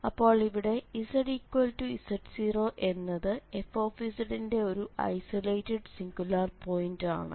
അപ്പോൾ ഇവിടെ zz0 എന്നത് f ന്റെ ഒരു ഐസൊലേറ്റഡ് സിംഗുലാർ പോയിന്റ് ആണ്